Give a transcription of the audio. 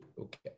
Okay